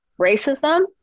racism